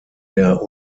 der